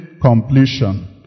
completion